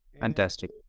Fantastic